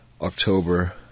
October